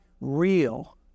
real